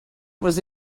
was